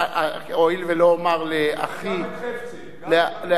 הואיל ולא אומר לאחי, גם את חפצי, גם היא